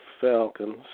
Falcons